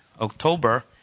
October